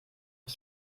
ich